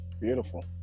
Beautiful